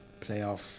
Playoff